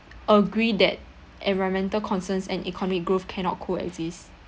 agree that environmental concerns and economic growth cannot co-exist